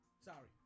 sorry